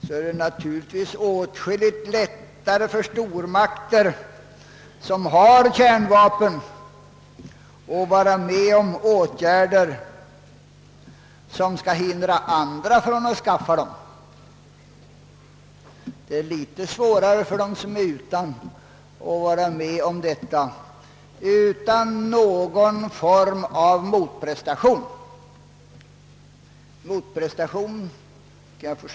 Det är naturligtvis inte så svårt för stormakter som har kärnvapen att gå med på att åtgärder skall vidtagas för att hindra andra från att skaffa dessa vapen. Det är något svårare för de stater som är utan kärnvapen att utan någon form av motprestation biträda ett förslag till sådana åtgärder.